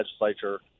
legislature